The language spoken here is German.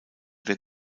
der